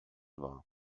war